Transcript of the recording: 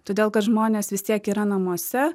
todėl kad žmonės vis tiek yra namuose